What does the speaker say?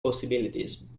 possibilities